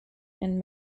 and